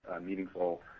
meaningful